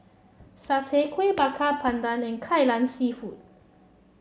satay Kuih Bakar Pandan and Kai Lan seafood